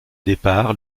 départ